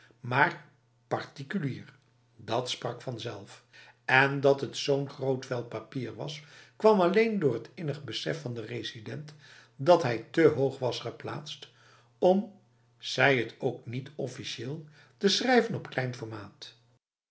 maar particulier dat sprak vanzelf en dat het zo'n groot vel papier was kwam alleen door het innig besef van de resident dat hij te hoog was geplaatst om zij het ook n iet officieel te schrijven op klein formaat